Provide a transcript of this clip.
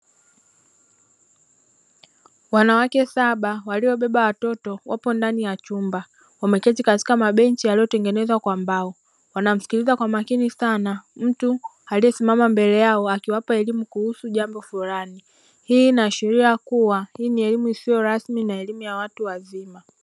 Wanawake saba waliobeba watoto wapo ndani ya chunba wameketi katika mabenchi yaliyotengenezwa kwa mbao wanamsikiliza kwa makini sana mtu aliyesimama mbele yao akiwapa elimu kuhusu jambo fulani, hii ina ashiria kuwa hii ni elimu isiyo rasmi na elimu ya watu wazima.